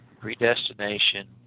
predestination